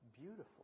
beautiful